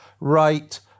right